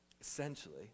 Essentially